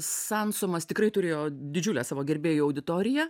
sansomas tikrai turėjo didžiulę savo gerbėjų auditoriją